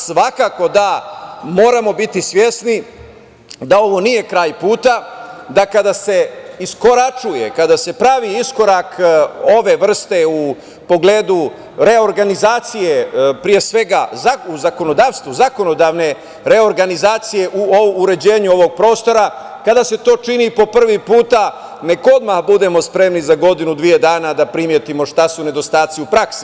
Svakako da moramo biti svesni da ovo nije kraj puta, da kada se iskoračuje, kada se pravi iskorak ove vrste u pogledu reorganizacije, pre svega u zakonodavstvu, zakonodavne reorganizacije u uređenju ovog prostora, kada se to čini po prvi put, nek odmah budemo spremni za godinu ili dve da primetimo šta su nedostaci u praksi.